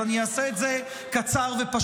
אז אני אעשה את זה קצר ופשוט: